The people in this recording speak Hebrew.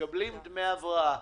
מקבלים דמי הבראה.